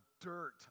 dirt